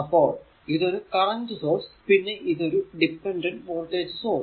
അപ്പോൾ ഇതൊരു current source പിന്നെ ഇതൊരു ഡിപെൻഡന്റ് വോൾടേജ് സോഴ്സ്